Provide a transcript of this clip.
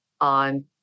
on